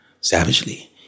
Savagely